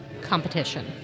Competition